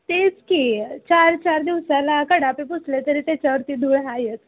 तेच की चारचार दिवसाला कडाप्पे पुसले तरी त्याच्यावरती धूळ आहेच